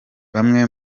bamwe